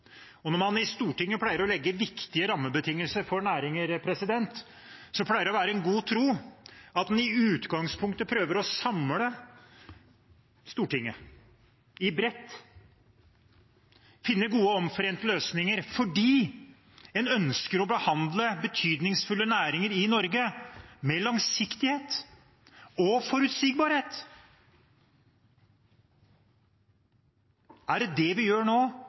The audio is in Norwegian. Når man i Stortinget legger viktige rammebetingelser for næringer, pleier det å være i god tro at vi i utgangspunktet prøver å samle Stortinget i bredt og finne gode, omforente løsninger – fordi en ønsker å behandle betydningsfulle næringer i Norge med langsiktighet og forutsigbarhet. Er det det vi gjør nå,